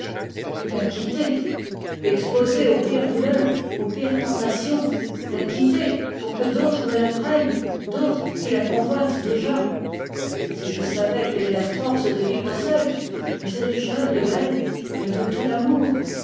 la quitter pour que d'autres me la prennent d'autres qui la convoitent déjà si je savais qu'elle ait la force de vivre seule mais elle est jeune et belle elle veut tout l'amour